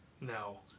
No